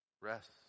Rest